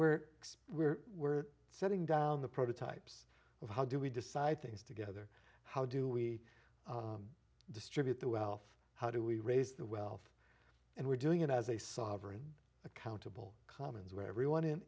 we're we're we're setting down the prototypes of how do we decide things together how do we distribute the wealth how do we raise the wealth and we're doing it as a sovereign accountable commons where everyone in